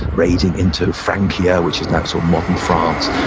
raiding into francia, which is now so modern france.